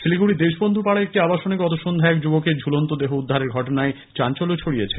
শিলিগুড়ির দেশবন্ধ পাড়ায় একটি আবাসনে গত সন্ধ্যায় এক যুবকের ঝলন্ত দেহ উদ্ধারের ঘটনায় চাঞ্চল্য ছড়িয়েছে